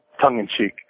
tongue-in-cheek